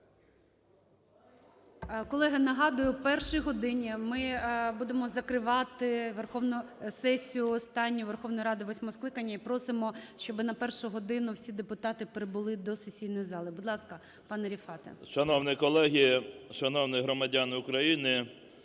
Колеги, нагадую, о першій годині ми будемо закривати сесію останню Верховної Ради восьмого скликання, і просимо, щоб на першу годину всі депутати прибули до сесійної зали. Будь ласка, пане Рефате. 12:47:07 ЧУБАРОВ Р.А. Шановні колеги, шановні громадяни України!